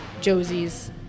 Josie's